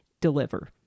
deliver